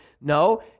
No